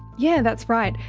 yeah, that's right.